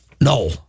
No